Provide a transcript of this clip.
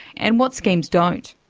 and what schemes don't?